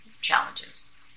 challenges